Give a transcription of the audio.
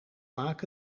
vaak